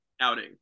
outing